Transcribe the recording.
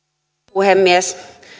puhemies